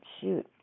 shoot